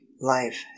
life